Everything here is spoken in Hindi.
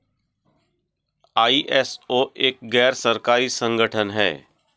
आई.एस.ओ एक गैर सरकारी संगठन है